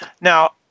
Now